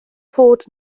fod